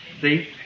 See